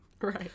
Right